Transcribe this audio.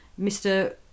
Mr